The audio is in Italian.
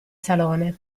salone